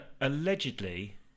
allegedly